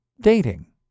dating